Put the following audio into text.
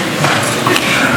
הכנסת, היום